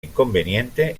inconveniente